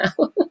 now